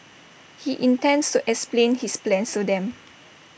he intends to explain his plans to them